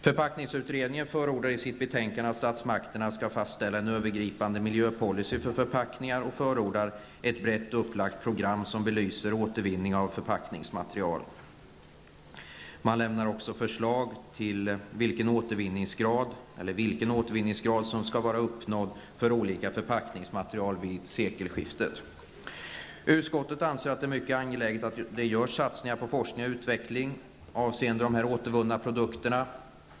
Förpackningsutredningen förordar i sitt betänkande att statsmakterna skall fastställa en övergripande miljöpolicy för förpackningar och förordar vidare ett brett upplagt program som belyser återvinning av förpackningsmaterial. Utredningen lämnar också förslag till den återvinningsgrad som bör vara uppnådd för olika förpackningsmaterial vid sekelskiftet. Utskottet anser att det är mycket angeläget att det görs satsningar på forskning och utveckling avseende återvunna produkter.